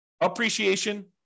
appreciation